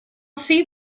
see